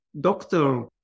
doctor